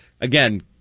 again